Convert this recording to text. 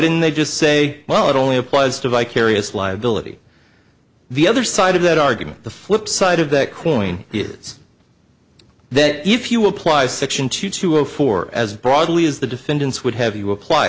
didn't they just say well it only applies to vicarious liability the other side of that argument the flip side of that coin is that if you apply section two to zero four as broadly as the defendants would have you apply